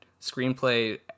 screenplay